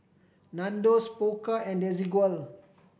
Nandos Pokka and Desigual